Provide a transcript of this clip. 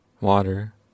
water